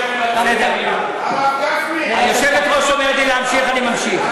גפני, היושבת-ראש אומרת לי להמשיך, אני ממשיך.